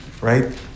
Right